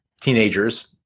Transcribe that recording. teenagers